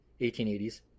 1880s